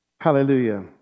Hallelujah